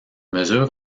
mesure